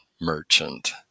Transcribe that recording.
merchant